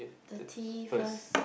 thirty first